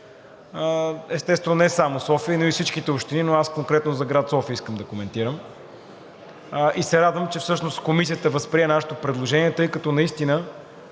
Естествено, че не само София, а и всичките общини, но аз конкретно за град София искам да коментирам и се радвам, че всъщност Комисията възприе нашето предложение. Исканията